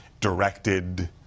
directed